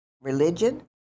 religion